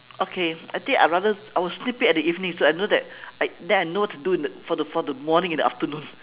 okay I think I rather I will sneak peek at the evening so I know that I then I know what to do in the for the for the morning and the afternoon